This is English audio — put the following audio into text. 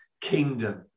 kingdom